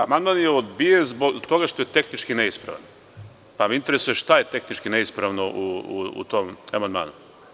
Amandman je odbijen zbog toga što je tehnički neispravan, pa me interesuje šta je tehnički neispravno u tom amandmanu?